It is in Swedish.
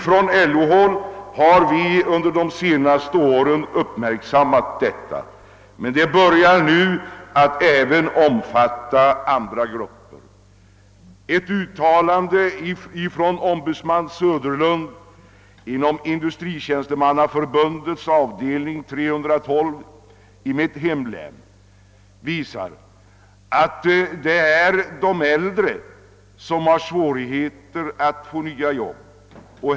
På LO-håll har vi under de senaste åren uppmärksammat detta. Ombudsman Söderlund inom Industritjänstemannaförbundets avdelning 312 i mitt hemlän påvisar just svårigheterna för de äldre att få nytt arbete.